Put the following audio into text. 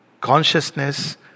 consciousness